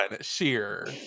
sheer